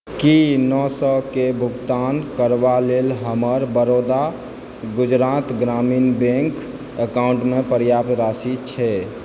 की नओ सए के भुगतान करबा लेल हमर बड़ौदा गुजरात ग्रामीण बैंक अकाउंटमे पर्याप्त राशि छै